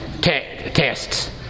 tests